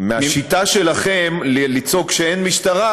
מהשיטה שלכם לצעוק שאין משטרה,